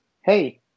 Hey